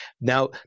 Now